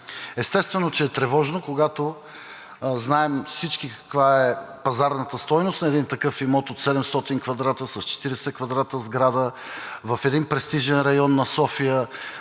Естествено, че е тревожно, когато знаем всички каква е пазарната стойност на един такъв имот от 700 кв. м с 40 кв. м сграда в един престижен район на София